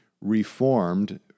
reformed